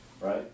right